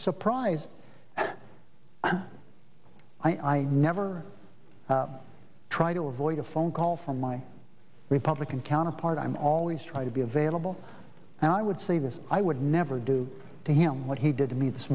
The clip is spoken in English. am i never try to avoid a phone call from my republican counterpart i'm always try to be available and i would say this i would never do to him what he did to me this